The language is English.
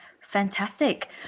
Fantastic